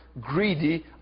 greedy